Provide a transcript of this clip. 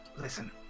listen